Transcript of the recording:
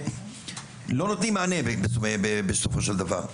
לא נותנים מענה בסופו של דבר,